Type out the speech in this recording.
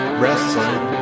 wrestling